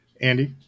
Andy